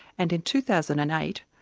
and in two thousand and eight,